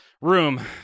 room